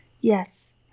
Yes